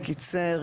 ייצר,